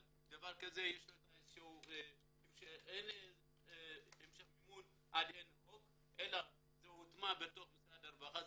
אבל לדבר כזה אין המשך מימון אלא זה הוטמע במשרד הרווחה,